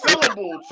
syllable